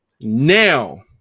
Now